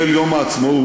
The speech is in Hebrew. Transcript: בליל יום העצמאות,